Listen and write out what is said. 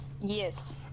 Yes